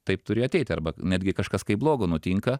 taip turi ateiti arba netgi kažkas kai blogo nutinka